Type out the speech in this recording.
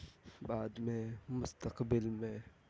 بعد میں مستقبل میں